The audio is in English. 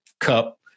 cup